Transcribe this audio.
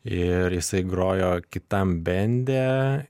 ir jisai grojo kitam bende